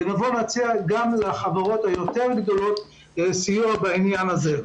ונציע גם לחברות הגדולות יותר סיוע בעניין הזה.